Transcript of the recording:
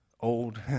old